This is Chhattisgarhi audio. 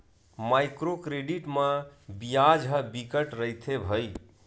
माइक्रो क्रेडिट म बियाज ह बिकट रहिथे भई